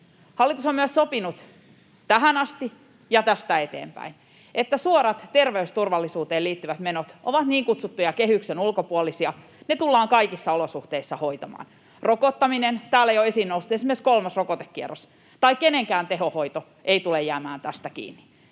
Hallitus on myös sopinut tähän asti ja tästä eteenpäin, että suorat terveysturvallisuuteen liittyvät menot ovat niin kutsuttuja kehyksen ulkopuolisia. Ne tullaan kaikissa olosuhteissa hoitamaan. Rokottaminen, täällä jo esiin noussut esimerkiksi kolmas rokotekierros, tai kenenkään tehohoito ei tule jäämään tästä kiinni.